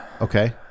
Okay